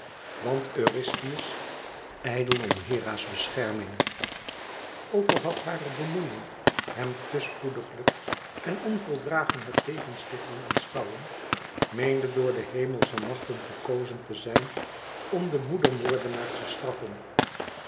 want eurystheus ijdel om hera's bescherming ook al had hare bemoeiïng hem te spoediglijk en onvoldragen het levenslicht doen aanschouwen meende door de hemelsche machten gekozen te zijn om den moedermoordenaar te straffen